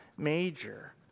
Major